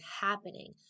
happening